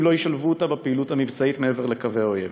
לא ישלבו אותה בפעילות המבצעית מעבר לקווי האויב.